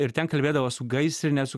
ir ten kalbėdavo su gaisrine ar su